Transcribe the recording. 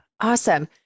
Awesome